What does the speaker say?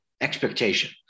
expectation